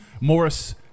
Morris